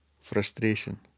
frustration